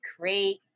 create